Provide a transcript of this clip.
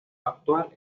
actual